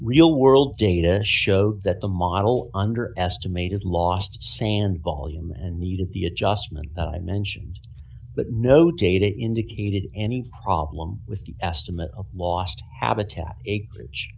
real world data to show that the model under estimated last sand volume and need of the adjustment mentions but no data indicated any problem with the estimate lost habitat acreage